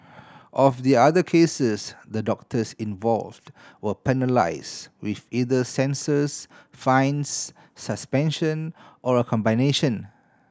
of the other cases the doctors involved were penalise with either censures fines suspension or a combination